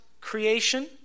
creation